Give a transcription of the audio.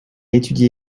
étudie